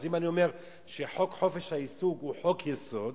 אם אני אומר שחוק חופש העיסוק הוא חוק-יסוד,